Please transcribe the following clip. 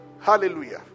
Hallelujah